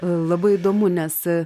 labai įdomu nes